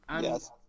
Yes